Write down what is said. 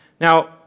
Now